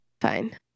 Fine